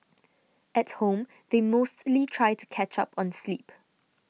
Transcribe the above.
at home they mostly try to catch up on sleep